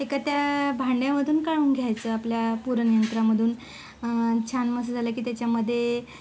एका त्या भांड्यामधून काढून घ्यायचं आपल्या पुरण यंत्रामधून छान मस्त झालं की त्याच्यामध्ये